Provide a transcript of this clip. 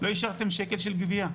לא אישרתם שקל של גבייה.